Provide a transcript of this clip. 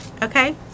Okay